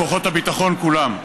כוחות הביטחון כולם.